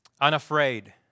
unafraid